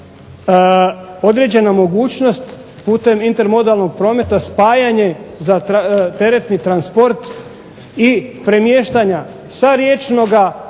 određena mogućnost putem intermodalnog, spajanje za teretni transport i premještanja sa riječnoga